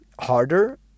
harder